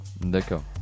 D'accord